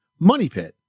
MONEYPIT